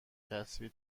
کتبی